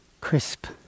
crisp